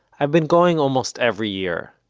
i've been going almost every year,